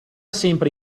sempre